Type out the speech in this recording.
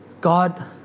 God